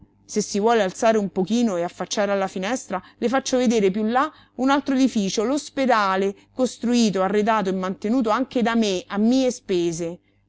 se si vuole alzare un pochino e affacciare alla finestra le faccio vedere piú là un altro edificio l'ospedale costruito arredato e mantenuto anche da me a mie spese